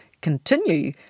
continue